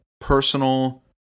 personal